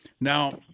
Now